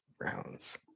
rounds